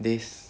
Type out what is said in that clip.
this